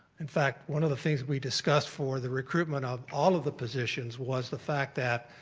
in fact one of the things we discuss for the recruitment of all of the positions was the fact that